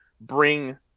bring